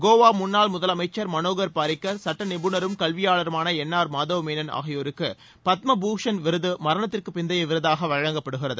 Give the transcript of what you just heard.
கோவா முன்னாள் முதலமைச்சர் மனோகர் பாரிக்கர் சுட்ட நிபுணரும் கல்வியாளருமான என் ஆர் மாதவ் மேனன் ஆகியோருக்கு பத்ம பூஷண் விருது மரணத்திற்கு பிந்தய விருதாக வழங்கப்படுகிறது